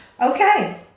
Okay